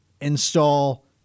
install